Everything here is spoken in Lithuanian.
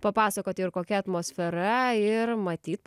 papasakoti ir kokia atmosfera ir matyt